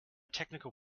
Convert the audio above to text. technical